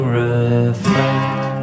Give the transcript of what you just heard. reflect